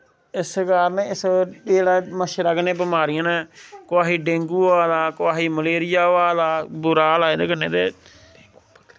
इस कारन इस एह् जेह्ड़ा मच्छरै कन्नै बमारियां नै कुसै गी डेंगु होआ दा कुसै गी मलेरियां होआ दा बुरा हाल ऐ एह्दे कन्ने ते